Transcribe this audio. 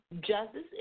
justice